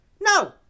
no